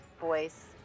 voice